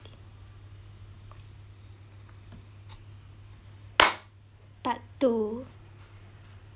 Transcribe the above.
part two